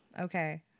Okay